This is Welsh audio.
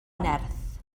nerth